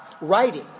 Writing